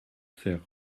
cère